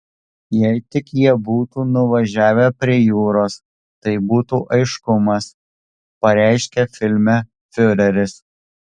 jei tik jie būtų nuvažiavę prie jūros tai būtų aiškumas pareiškia filme fiureris